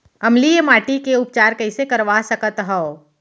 अम्लीय माटी के उपचार कइसे करवा सकत हव?